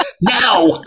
Now